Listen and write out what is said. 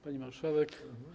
Pani Marszałek!